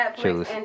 choose